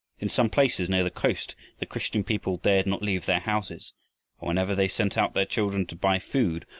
in some places near the coast the christian people dared not leave their houses whenever they sent out their children to buy food,